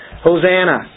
Hosanna